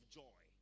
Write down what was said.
joy